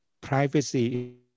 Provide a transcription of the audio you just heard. Privacy